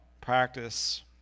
practice